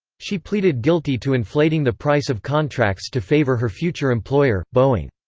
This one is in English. she pleaded guilty to inflating the price of contracts to favor her future employer, boeing.